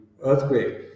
earthquake